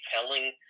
telling